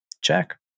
check